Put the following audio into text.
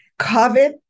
COVID